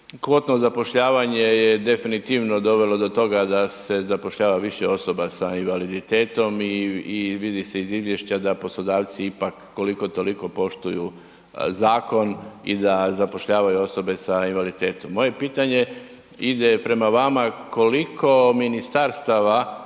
Kvotno zapošljavanje je definitivno dovelo do toga da se zapošljava više osoba s invaliditetom i vidi se iz izvješća da poslodavci ipak koliko toliko poštuju zakon i da zapošljavaju osobe s invaliditetom. Moje pitanje ide prema vama, koliko ministarstava,